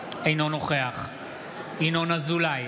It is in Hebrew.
גם ההצבעה הזאת תהיה שמית,